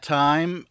time